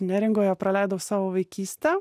neringoje praleidau savo vaikystę